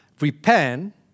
repent